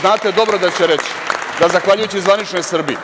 znate dobro da će reći da zahvaljujući zvaničnoj Srbiji